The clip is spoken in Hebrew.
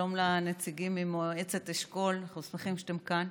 שלום לנציגים ממועצת אשכול, אנחנו שמחים שאתם כאן.